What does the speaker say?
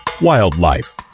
Wildlife